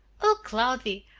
o cloudy!